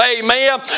Amen